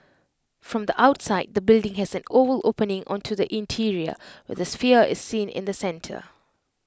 from the outside the building has an oval opening onto the interior where the sphere is seen in the centre